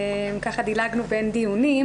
דילגנו בין דיונים,